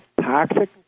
toxic